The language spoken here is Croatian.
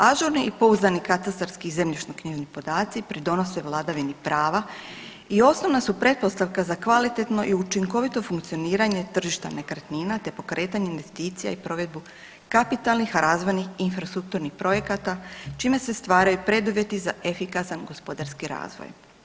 Ažurni i pouzdani katastarski i zemljišnoknjižni podaci pridonose vladavini prava i osnovna su pretpostavka za kvalitetno i učinkovito funkcioniranje tržišta nekretnina te pokretanje investicija i provedbu kapitalnih razvojnih infrastrukturnih projekata čime se stvaraju preduvjeti za efikasan gospodarski razvoj.